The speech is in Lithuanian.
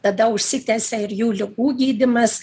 tada užsitęsia ir jų ligų gydymas